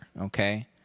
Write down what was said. okay